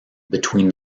between